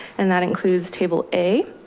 and that includes table a,